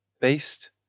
based